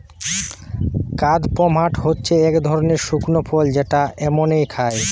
কাদপমহাট হচ্ছে এক ধরনের শুকনো ফল যেটা এমনই খায়